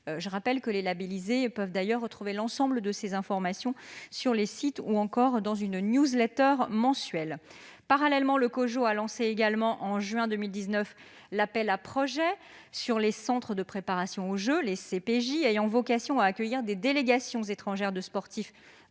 Je rappelle que les labellisés peuvent retrouver l'ensemble de ces informations sur les sites ou dans une mensuelle. Parallèlement, le COJO a également lancé en juin 2019 l'appel à projets sur les Centres de préparation aux jeux ayant vocation à accueillir des délégations étrangères de sportifs